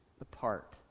apart